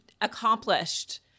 accomplished